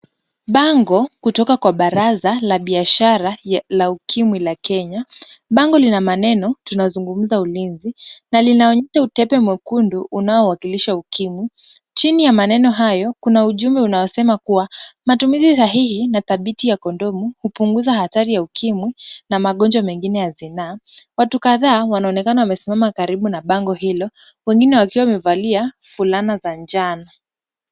Bango kutoka kwa baraza la biashara la ukimwi la Kenya. Bango lina maneno tunazungumza ulinzi na linaonyesha utepe mwekundu unaowakilisha ukimwi. Chini ya maneno hayo kuna ujumbe unaosema kuwa matumizi sahihi na dhabiti ya kondomu hupunguza hatari ya ukimwi na magonjwa mengine ya zinaa. Watu kadhaa wanaonekana wamesimama karibu na bango hilo wengine wakiwa wamevalia fulana za njano.